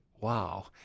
wow